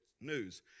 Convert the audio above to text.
news